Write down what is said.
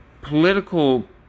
political